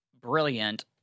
brilliant